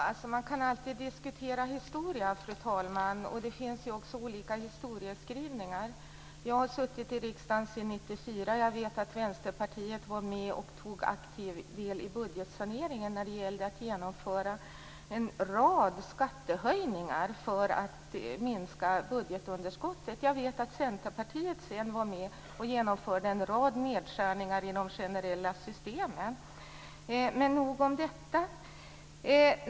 Fru talman! Man kan alltid diskutera historia, och det finns också olika historieskrivningar. Jag har suttit i riksdagen sedan 1994. Jag vet att Vänsterpartiet var med och tog aktiv del i budgetsaneringen när det gällde att genomföra en rad skattehöjningar för att minska budgetunderskottet. Jag vet att Centerpartiet sedan var med och genomförde en rad nedskärningar i de generella systemen. Men nog om detta.